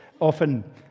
often